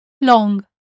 Long